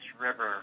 river